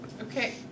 Okay